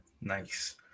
Nice